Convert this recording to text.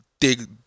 dig